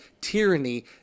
tyranny